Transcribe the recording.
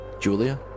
Julia